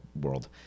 world